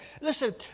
listen